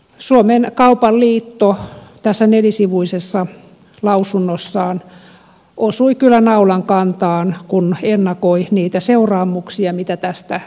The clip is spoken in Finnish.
suomen kaupan liitto tässä nelisivuisessa lausunnossaan osui kyllä naulan kantaan kun ennakoi niitä seuraamuksia mitä tästä heikennyksestä tulee